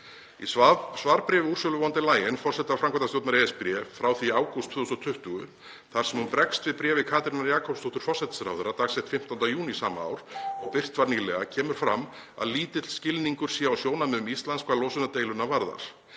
Í svarbréfi Ursulu von der Leyen, forseta framkvæmdastjórnar ESB, frá því í ágúst 2020 þar sem hún bregst við bréfi Katrínar Jakobsdóttur forsætisráðherra, dagsettu 15. júní sama ár og birt var nýlega, kemur fram að lítill skilningur sé á sjónarmiðum Íslands hvað losunardeiluna varðar.